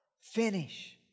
Finish